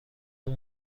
اون